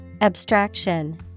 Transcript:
Abstraction